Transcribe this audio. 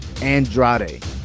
andrade